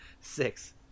six